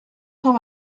cent